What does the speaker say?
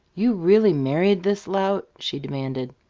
you really married this lout? she demanded.